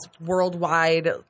worldwide –